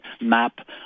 map